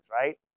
right